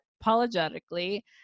apologetically